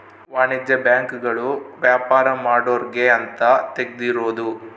ವಾಣಿಜ್ಯ ಬ್ಯಾಂಕ್ ಗಳು ವ್ಯಾಪಾರ ಮಾಡೊರ್ಗೆ ಅಂತ ತೆಗ್ದಿರೋದು